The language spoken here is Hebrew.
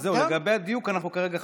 אז זהו, לגבי הדיוק אנחנו כרגע חלוקים.